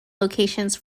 locations